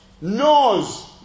knows